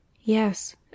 Yes